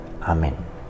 Amen